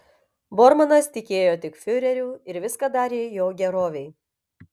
bormanas tikėjo tik fiureriu ir viską darė jo gerovei